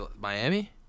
Miami